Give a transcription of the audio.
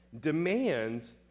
demands